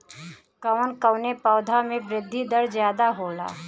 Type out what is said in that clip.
कवन कवने पौधा में वृद्धि दर ज्यादा होला?